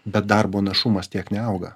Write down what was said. bet darbo našumas tiek neauga